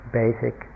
basic